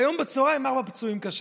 והיום בצוהריים ארבעה פצועים קשה.